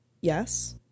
Yes